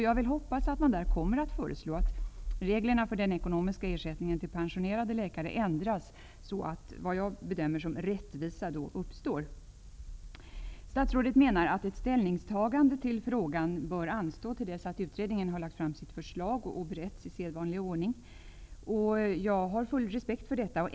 Jag hoppas att man kommer att föreslå att reglerna för den ekonomiska ersättningen till pensionerade läkare ändras så att det jag bedömer som rättvisa uppstår. Statsrådet menar att ett ställningstagande till frågan bör anstå till dess utredningen har lagt fram sitt förslag och det beretts i sedvanlig ordning. Jag har full respekt för detta.